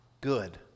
good